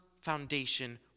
foundation